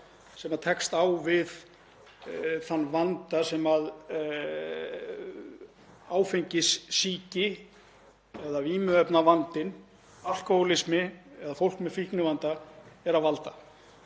sem tekst á við þann vanda sem áfengissýki eða vímuefnavandi, alkóhólismi, eða fólk með fíknivanda er að valda?